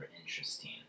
interesting